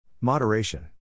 Moderation